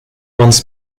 once